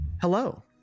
Hello